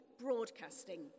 broadcasting